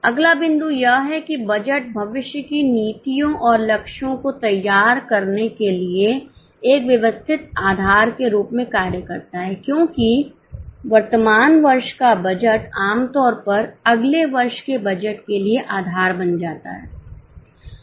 अगला बिंदु यह है कि बजट भविष्य की नीतियों और लक्ष्यों को तैयार करने के लिए एक व्यवस्थित आधार के रूप में कार्य करता है क्योंकि वर्तमान वर्ष का बजट आमतौर पर अगले वर्ष के बजट के लिए आधार बन जाता है